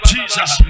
Jesus